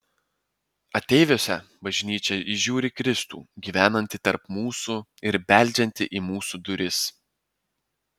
ateiviuose bažnyčia įžiūri kristų gyvenantį tarp mūsų ir beldžiantį į mūsų duris